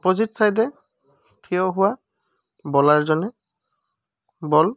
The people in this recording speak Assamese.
অপ'জিট ছাইডে থিয় হোৱা বলাৰজনে বল